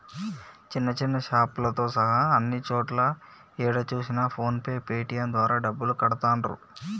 చిన్న చిన్న షాపులతో సహా అన్ని చోట్లా ఏడ చూసినా ఫోన్ పే పేటీఎం ద్వారా డబ్బులు కడతాండ్రు